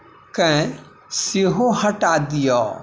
केँ सेहो हटा दिअ